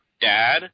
Dad